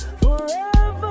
forever